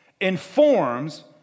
informs